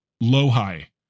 low-high